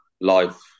life